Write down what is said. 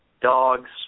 dogs